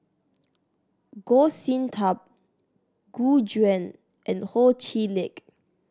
Goh Sin Tub Gu Juan and Ho Chee Lick